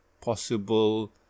possible